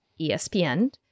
ESPN